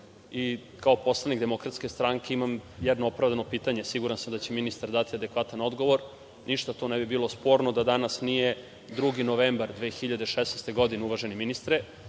i kao poslanik Demokratske stranke imam jedno opravdano pitanje. Siguran sam da će ministar dati adekvatan odgovor. Ništa tu ne bi bilo sporno da danas nije 2. novembar 2016. godine, uvaženi ministre,